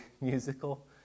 musical